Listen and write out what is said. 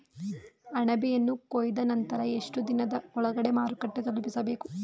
ಅಣಬೆಯನ್ನು ಕೊಯ್ದ ನಂತರ ಎಷ್ಟುದಿನದ ಒಳಗಡೆ ಮಾರುಕಟ್ಟೆ ತಲುಪಿಸಬೇಕು?